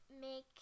make